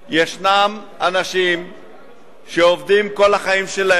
יש אנשים שעובדים כל החיים שלהם,